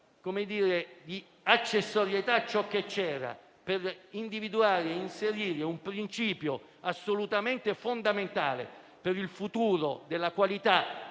termini di accessorietà, ciò che c'era per individuare ed inserire un principio assolutamente fondamentale per la qualità